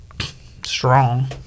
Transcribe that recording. strong